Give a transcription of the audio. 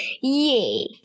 Yay